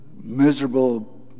miserable